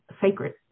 sacred